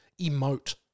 emote